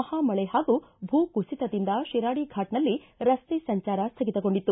ಮಹಾ ಮಳೆ ಹಾಗೂ ಭೂ ಕುಸಿತದಿಂದ ಶಿರಾಡಿ ಘಾಟನಲ್ಲಿ ರಸ್ತೆ ಸಂಚಾರ ಸ್ಥಗಿತಗೊಂಡಿತ್ತು